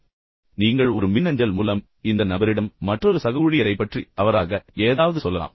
எனவே நீங்கள் ஒரு மின்னஞ்சல் மூலம் இந்த நபரிடம் மற்றொரு சக ஊழியரைப் பற்றி தவறாக ஏதாவது சொல்லலாம்